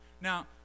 Now